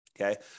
Okay